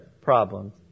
problems